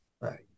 Right